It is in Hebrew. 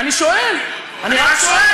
אני שואל אותך,